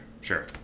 sure